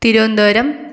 Thiruvananthapuram